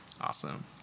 Awesome